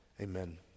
amen